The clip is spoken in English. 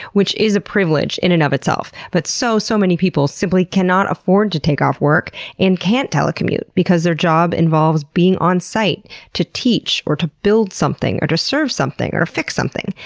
which is a privilege in and of itself. but so, so many people simply cannot afford to take off work and can't telecommute because their job involves being onsite to teach, or to build something, or serve something, or fix something.